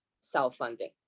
self-funding